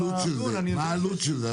מה העלות של זה?